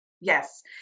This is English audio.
Yes